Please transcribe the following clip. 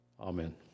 Amen